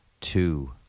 two